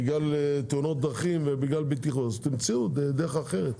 בגלל תאונות דרכים ובגלל בטיחות אז תמצאו דרך אחרת.